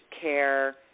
care